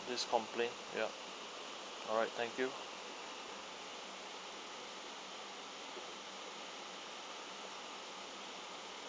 this complain ya alright thank you